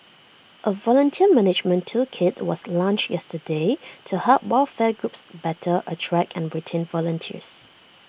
A volunteer management toolkit was launched yesterday to help welfare groups better attract and retain volunteers